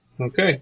Okay